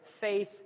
faith